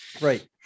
right